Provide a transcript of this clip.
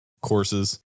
courses